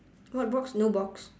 what box no box